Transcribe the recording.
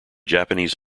japanese